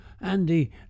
Andy